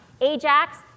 Ajax